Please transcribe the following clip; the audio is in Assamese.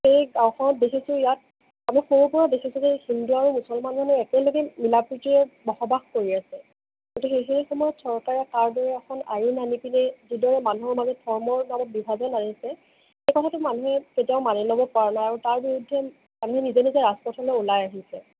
সেই গাঁওখনত দেখিছোঁ ইয়াত আমি সৰুৰে পৰা দেখিছোঁ যে হিন্দু আৰু মুছলমান মানুহে একেলগে মিলা প্ৰীতিৰে বসবাস কৰি আছে গতিকে সেই সময়ত চৰকাৰে কাৰ দৰে এখন আইন আনি পিনি যিদৰে মানুহৰ মাজত ধৰ্মৰ নামত বিভাজন আনিছে এই কথাটো মানুহে কেতিয়াও মানি ল'ব পৰা নাই আৰু তাৰ বিৰুদ্ধে আমি নিজে নিজে ৰাজপথলৈ ওলাই আহিছে